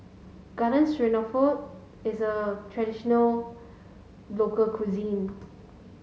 Garden Stroganoff is a traditional local cuisine